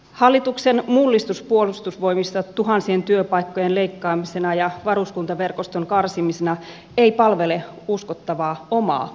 hallituksen mullistus puolustusvoimissa tuhansien työpaikkojen leikkaamisena ja varuskuntaverkoston karsimisena ei palvele uskottavaa omaa puolustusta